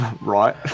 Right